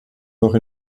noch